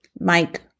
Mike